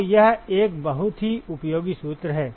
तो यह एक बहुत ही उपयोगी सूत्र है